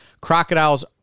Crocodiles